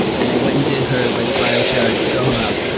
and i went and did her like bridal shower at soho house.